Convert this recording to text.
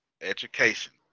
Education